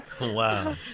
Wow